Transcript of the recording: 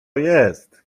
jest